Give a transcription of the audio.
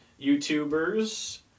YouTubers